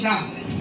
God